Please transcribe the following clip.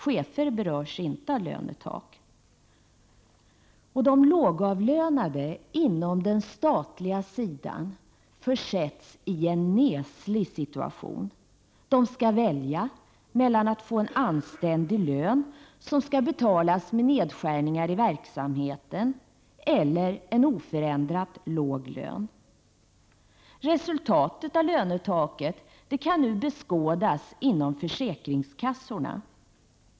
Chefer berörs inte av lönetak. De lågavlönade på den statliga sidan försätts i en neslig situation. De skall välja mellan att få en anständig lön som skall betalas med nedskärningar i verksamheten eller en oförändrat låg lön. Resultatet av lönetaket kan nu beskådas inom försäkringskassorna.